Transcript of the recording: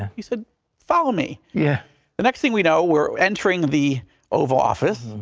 he said follow me. yeah the next thing we know, were entering the oval office,